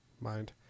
mind